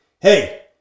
hey